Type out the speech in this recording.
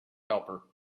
helper